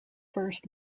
first